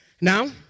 Now